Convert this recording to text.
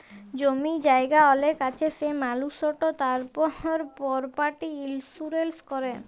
জমি জায়গা অলেক আছে সে মালুসট তার পরপার্টি ইলসুরেলস ক্যরে